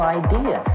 idea